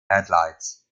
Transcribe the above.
headlights